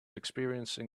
experiencing